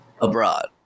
abroad